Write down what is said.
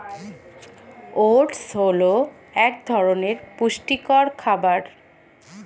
oats হল এক ধরনের পুষ্টিকর খাবার